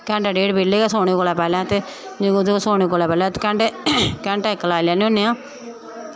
घैंटा डेढ़ बेल्लै गै सोने कोला पैह्लें ते सोने कोला पैह्लें घैंटा इक्क लाई लैन्ने होन्ने आं